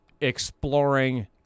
exploring